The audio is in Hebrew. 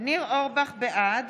בעד